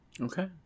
Okay